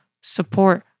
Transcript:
support